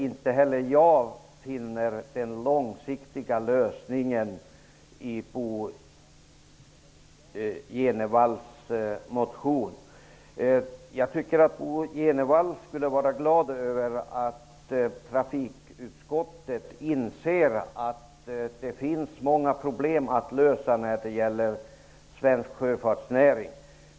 Inte heller jag finner någon långsiktig lösning i Bo G Jenevalls motion. Jag tycker att han skulle vara glad över att trafikutskottet inser att det finns många problem att lösa när det gäller svensk sjöfartsnäring.